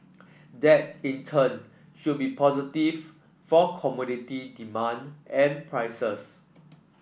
that in turn should be positive for commodity demand and prices